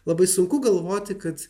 labai sunku galvoti kad